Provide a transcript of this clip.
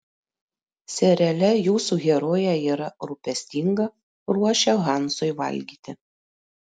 seriale jūsų herojė yra rūpestinga ruošia hansui valgyti